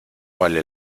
vale